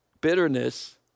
bitterness